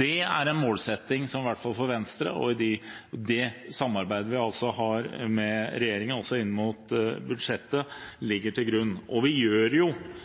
Det er en målsetting som i hvert fall for Venstre i det samarbeidet vi har med regjeringen også inn mot budsjettet, ligger til grunn. Vi gjør mye mer enn det